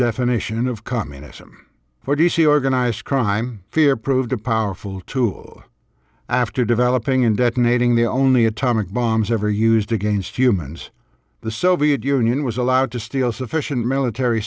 definition of communism what do you see organized crime fear proved a powerful tool after developing and detonating the only atomic bombs ever used against humans the soviet union was allowed to steal sufficient military